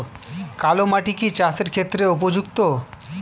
কালো মাটি কি চাষের ক্ষেত্রে উপযুক্ত?